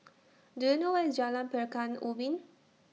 Do YOU know Where IS Jalan Pekan Ubin